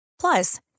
Plus